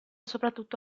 soprattutto